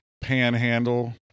panhandle